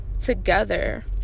together